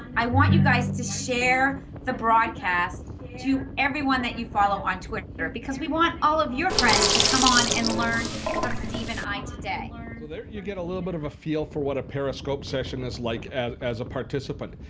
i want you guys to share the broadcast to everyone that you follow on twitter because we want all of your friends to come on and learn from steve and i today. so there you get a little bit of a feel for what a periscope session is like as as a participant.